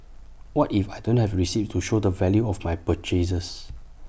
what if I don't have receipts to show the value of my purchases